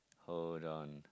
hold on